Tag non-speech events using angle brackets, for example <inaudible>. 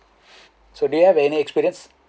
<breath> so do you have any experience